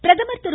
பிரதமர் திரு